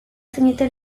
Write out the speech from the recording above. zineten